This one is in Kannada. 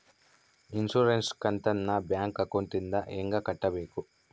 ಇನ್ಸುರೆನ್ಸ್ ಕಂತನ್ನ ಬ್ಯಾಂಕ್ ಅಕೌಂಟಿಂದ ಹೆಂಗ ಕಟ್ಟಬೇಕು?